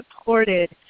supported